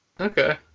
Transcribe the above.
Okay